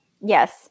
Yes